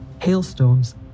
Hailstones